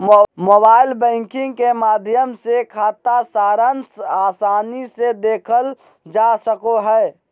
mobile banking के माध्यम से खाता सारांश आसानी से देखल जा सको हय